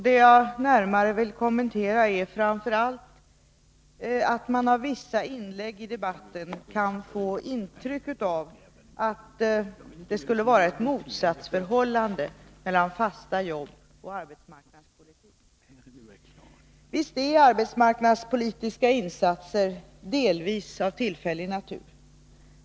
Det jag vill närmare kommentera är framför allt att man av vissa inlägg i debatten kan få intryck av att det skulle vara ett motsatsförhållande mellan fasta jobb och arbetsmarknadspolitik. Visst är arbetsmarknadspolitiska insatser delvis av tillfällig natur.